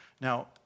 Now